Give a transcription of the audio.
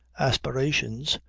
aspirations,